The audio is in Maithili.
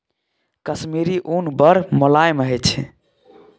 कश्मीरी उन बड़ मोलायम होइ छै